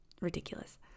ridiculous